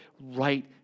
right